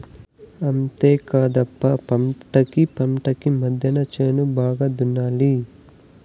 అంతేకాదప్ప పంటకీ పంటకీ మద్దెన చేను బాగా దున్నాలి